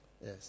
Yes